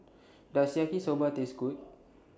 Does Yaki Soba Taste Good